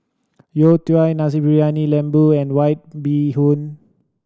youtiao Nasi Briyani Lembu and White Bee Hoon